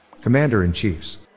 Commander-in-Chiefs